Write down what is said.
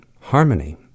harmony